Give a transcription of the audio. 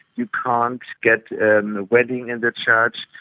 you can't get and a wedding in the church.